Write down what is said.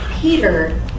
Peter